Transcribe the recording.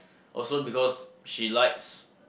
also because she likes